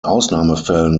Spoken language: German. ausnahmefällen